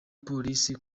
polisi